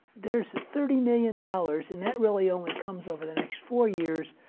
there's thirty million dollars, and that really only comes over the next four years,